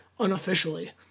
unofficially